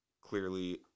clearly